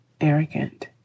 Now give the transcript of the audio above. arrogant